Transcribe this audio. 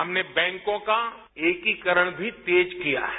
हमने बैंकों का एकीकरण भी तेज किया हैं